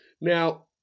Now